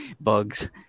bugs